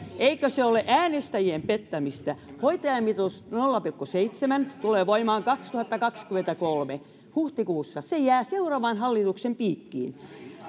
eikö se ole äänestäjien pettämistä hoitajamitoitus nolla pilkku seitsemän tulee voimaan kaksituhattakaksikymmentäkolme huhtikuussa se jää seuraavan hallituksen piikkiin